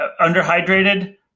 Underhydrated